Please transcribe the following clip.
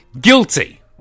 Guilty